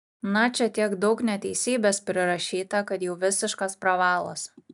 na čia tiek daug neteisybės prirašyta kad jau visiškas pravalas